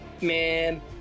man